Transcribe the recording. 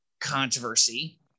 controversy